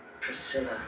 Priscilla